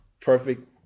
perfect